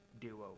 duo